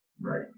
right